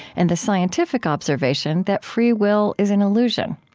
and the scientific observation that free will is an illusion.